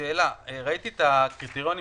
ראיתי את הקריטריונים